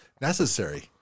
Necessary